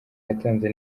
yatanze